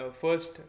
first